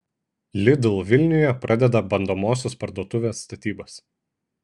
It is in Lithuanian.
lidl vilniuje pradeda bandomosios parduotuvės statybas